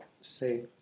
say